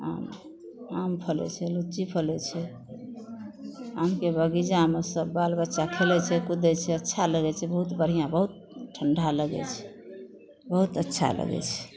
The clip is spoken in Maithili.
आम आम फलै छै लिच्ची फलै छै आमके बगीचामे सब बाल बच्चा खेलय छै कुदय छै अच्छा लगय छै बहुत बढ़िआँ बहुत ठण्डा लगय छै बहुत अच्छा लगय छै